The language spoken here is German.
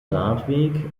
radweg